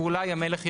ואולי המלך ימות,